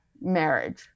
marriage